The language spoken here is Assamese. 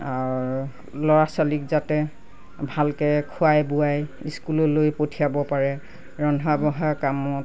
ল'ৰা ছোৱালীক যাতে ভালকৈ খুৱাই বুৱাই স্কুললৈ পঠিয়াব পাৰে ৰন্ধা বঢ়া কামত